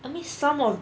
I mean some of